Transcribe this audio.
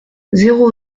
zéro